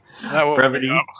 brevity